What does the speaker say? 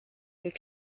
les